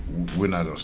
we're not